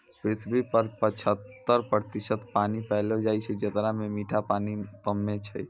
पृथ्वी पर पचहत्तर प्रतिशत पानी पैलो जाय छै, जेकरा म मीठा पानी कम्मे छै